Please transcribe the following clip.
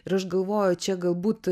ir aš galvoju čia galbūt